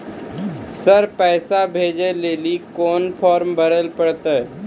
Sir पैसा भेजै लेली कोन फॉर्म भरे परतै?